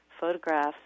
photographs